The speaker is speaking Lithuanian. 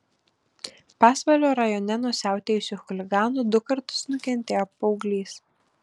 pasvalio rajone nuo siautėjusių chuliganų du kartus nukentėjo paauglys